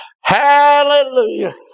Hallelujah